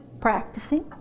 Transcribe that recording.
Practicing